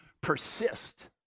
persist